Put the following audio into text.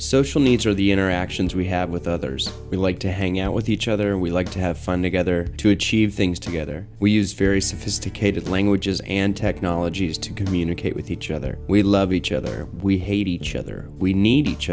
social needs are the interactions we have with others we like to hang out with each other and we like to have fun together to achieve things together we use very sophisticated languages and technologies to communicate with each other we love each other we hate each other we need each